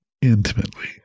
Intimately